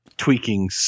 Tweaking